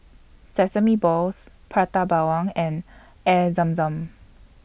Sesame Balls Prata Bawang and Air Zam Zam